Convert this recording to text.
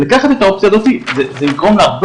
לקחת את האופציה הזאתי וזה יגרום להרבה